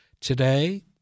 Today